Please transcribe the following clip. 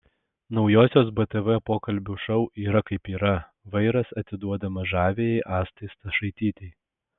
naujosios btv pokalbių šou yra kaip yra vairas atiduodamas žaviajai astai stašaitytei